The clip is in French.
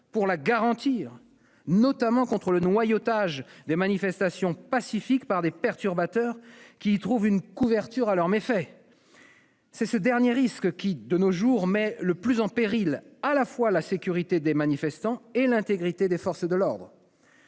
pour la garantir, notamment contre le noyautage des manifestations pacifiques par des perturbateurs qui y trouvent une couverture à leurs méfaits. C'est ce dernier risque qui, de nos jours, met le plus en péril à la fois la sécurité des manifestants et l'intégrité des forces de l'ordre.